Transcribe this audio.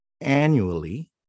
annually